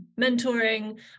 mentoring